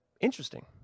Interesting